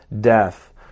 death